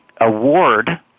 award